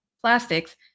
plastics